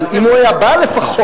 אבל אם הוא היה בא לפחות.